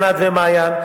ענת ומעיין,